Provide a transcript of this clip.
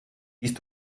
siehst